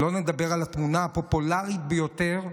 לא נדבר על התמונה הפופולרית ביותר שכולם,